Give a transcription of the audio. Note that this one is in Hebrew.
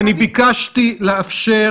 ושביקשו לאשר